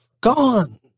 Gone